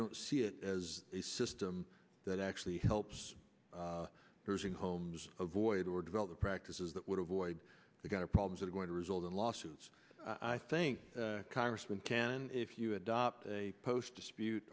don't see it as a system that actually helps those in homes avoid or develop the practices that would avoid the kind of problems that are going to result in lawsuits i think congressman can if you adopt a post dispute